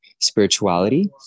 spirituality